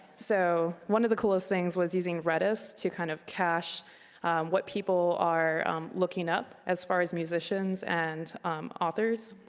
so one of the coolest things was using redist to kind of cash what people are looking up as far as musicians and authors.